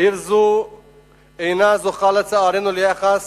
עיר זו אינה זוכה, לצערנו, ליחס